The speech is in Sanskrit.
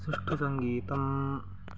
सुष्ठु सङ्गीतम्